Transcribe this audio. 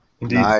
Indeed